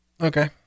Okay